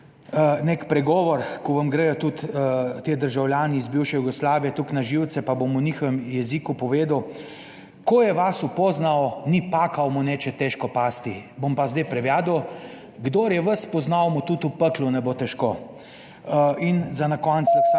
nek pregovor, ko vam gredo tudi ti državljani iz bivše Jugoslavije toliko na živce, pa bom v njihovem jeziku povedal: "Ko je vas upoznao ni pakako mu neče težko pasti". Bom pa zdaj prevedel. "Kdor je vas spoznal, mu tudi v peklu ne bo težko." In za na konec lahko